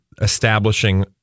establishing